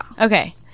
Okay